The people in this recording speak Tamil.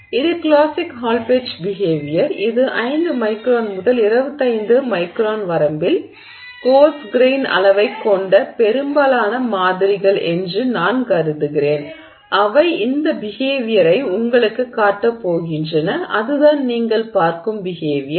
இது கிளாசிக் ஹால் பெட்ச் பிஹேவியர் இது 5 மைக்ரான் முதல் 25 மைக்ரான் வரம்பில் கோர்ஸ் கிரெய்ன் அளவைக் கொண்ட பெரும்பாலான மாதிரிகள் என்று நான் கருதுகிறேன் அவை இந்த பிஹேவியரை உங்களுக்குக் காட்டப் போகின்றன அதுதான் நீங்கள் பார்க்கும் பிஹேவியர்